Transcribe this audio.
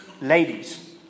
ladies